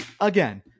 Again